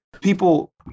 people